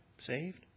saved